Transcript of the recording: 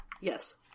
Yes